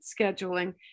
scheduling